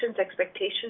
expectations